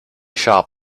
shop